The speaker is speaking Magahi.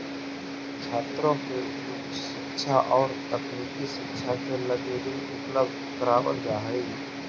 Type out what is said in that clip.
छात्रों के उच्च शिक्षा औउर तकनीकी शिक्षा के लगी ऋण उपलब्ध करावल जाऽ हई